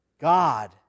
God